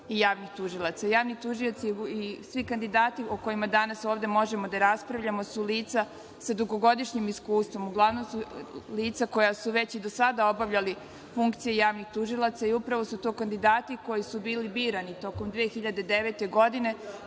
i javnih tužilaca. Javni tužioci i svi kandidati o kojima danas ovde možemo da raspravljamo su lica sa dugogodišnjim iskustvom. Uglavnom su lica koja su i do sada obavljali funkcije javnih tužilaca i upravo su to kandidati koji su bili birani tokom 2009. godine,